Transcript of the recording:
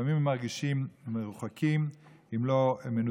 לפעמים הם מרגישים מרוחקים, אם לא מנודים.